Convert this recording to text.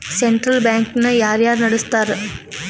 Central bank ನ ಯಾರ್ ನಡಸ್ತಾರ?